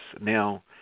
Now